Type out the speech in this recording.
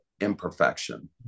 imperfection